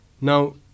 Now